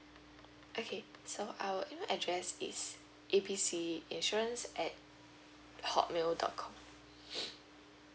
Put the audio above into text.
okay so our address yes A B C insurance at hotmail dot com